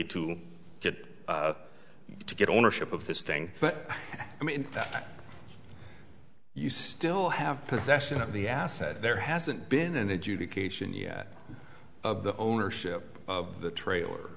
to get to get ownership of this thing but i mean that you still have possession of the asset there hasn't been an adjudication yet of the ownership of the trailer